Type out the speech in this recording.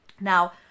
Now